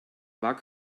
war